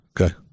Okay